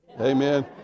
Amen